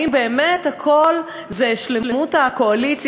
האם באמת הכול זה שלמות הקואליציה?